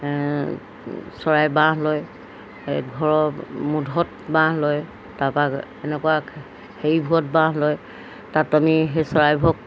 চৰাই বাঁহ লয় ঘৰৰ মূধত বাঁহ লয় তাৰপৰা এনেকুৱা হেৰিবোৰত বাঁহ লয় তাত আমি সেই চৰাইবোৰক